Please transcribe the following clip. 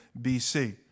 BC